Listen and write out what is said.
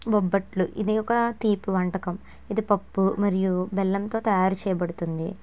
బొబ్బట్లు ఇది ఒక తీపి వంటకం ఇది పప్పు మరియు బెల్లంతో తయారు చేయబడుతుంది